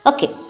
Okay